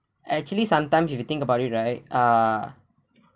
actually sometimes if you think about it right ah